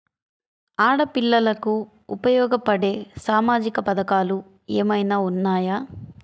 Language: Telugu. ఆడపిల్లలకు ఉపయోగపడే సామాజిక పథకాలు ఏమైనా ఉన్నాయా?